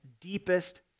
deepest